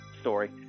story